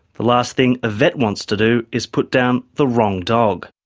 the last thing a vet wants to do is put down the wrong dog.